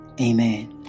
Amen